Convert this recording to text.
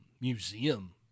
museum